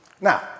Now